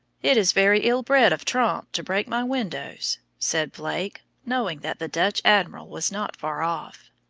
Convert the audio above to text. it is very ill-bred of tromp to break my windows, said blake, knowing that the dutch admiral was not far off.